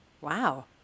Wow